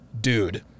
dude